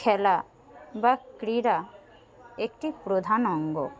খেলা বা ক্রীড়া একটি প্রধান অঙ্গ